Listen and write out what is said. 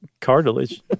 cartilage